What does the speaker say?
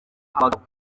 abagabo